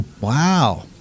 Wow